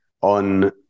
on